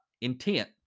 intent